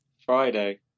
Friday